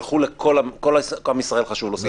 כל עם ישראל חשוב לו סדר פסח.